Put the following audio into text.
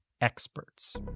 experts